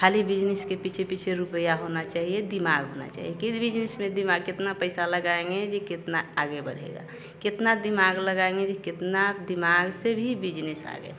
खाली बिजनिस के पीछे पीछे रुपया होना चाहिए दिमाग होना चाहिए किस बिजनिस में दिमाग कितना पैसा लगाएंगे जो कितना आगे बढ़ेगा कितना दिमाग लगाएंगे कि कितना दिमाग से भी बिजनिस आगे होता है